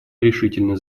решительно